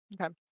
Okay